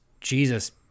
jesus